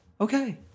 okay